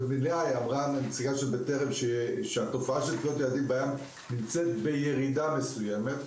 נציגת בטרם אמרה שהתופעה של טביעות ילדים בים נמצאת בירידה מסוימת.